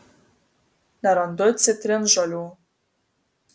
nerandu citrinžolių